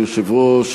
אדוני היושב-ראש,